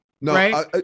No